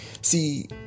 See